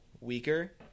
weaker